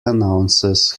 announces